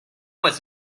was